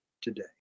today